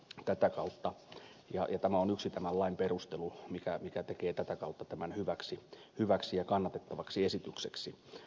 tätä kautta ja ja tämä on yksi tämän lain perustelu mikä tekee tämän hyväksi ja kannatettavaksi esitykseksi